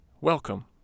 welcome